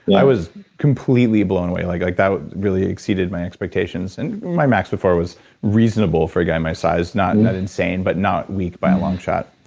and i was completely blown away. like like that that really exceeded my expectations. and my max before was reasonable for a guy my size, not and that insane, but not weak by a long shot